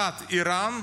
1. איראן,